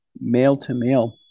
male-to-male